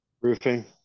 Roofing